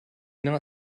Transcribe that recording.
not